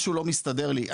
משהו לא מסתדר לי.